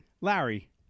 Larry